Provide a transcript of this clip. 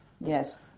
Yes